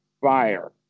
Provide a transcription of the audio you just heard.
fire